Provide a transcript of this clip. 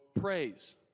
praise